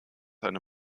eine